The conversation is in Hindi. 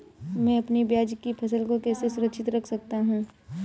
मैं अपनी प्याज की फसल को कैसे सुरक्षित रख सकता हूँ?